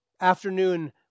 afternoon